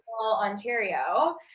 Ontario